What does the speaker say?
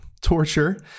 torture